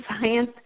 science